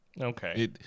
Okay